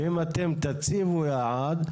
ואם אתם תציבו יעד,